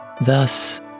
Thus